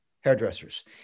hairdressers